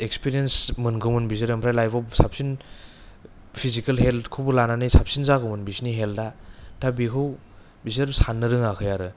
experience मोनगौमोन बिसोरो ओमफ्राय लाइफाव साबसिन फिजिकेल हेल्थखौबो लानानै साबसिन जागौमोन बिसोरनि हेल्था दा बेखौ बिसोर सान्नो रोङाखै आरो